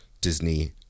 Disney